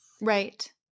Right